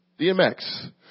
DMX